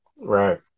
Right